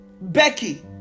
Becky